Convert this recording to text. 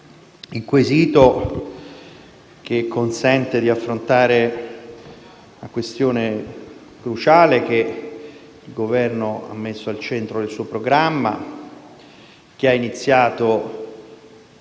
il quesito che consente di affrontare la questione cruciale che il Governo ha messo al centro del suo programma e che ha iniziato